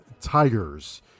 Tigers